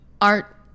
art